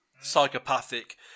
psychopathic